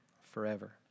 forever